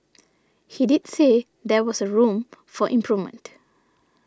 he did say there was a room for improvement